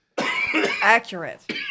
Accurate